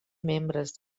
membres